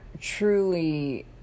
truly